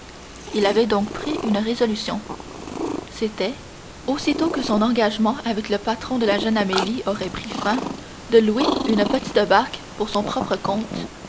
il avait donc pris une résolution c'était aussitôt que son engagement avec le patron de la jeune amélie aurait pris fin de louer une petite barque pour son propre compte